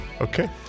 Okay